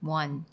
one